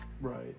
Right